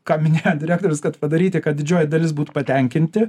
ką minėjo direktorius kad padaryti kad didžioji dalis būtų patenkinti